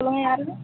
சொல்லுங்க யார்ன்னு